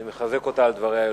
אני מחזק אותה על דבריה אלה.